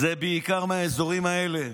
זה בעיקר מהאזורים האלה.